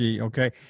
okay